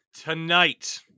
Tonight